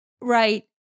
Right